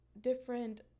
different